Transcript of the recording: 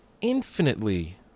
infinitely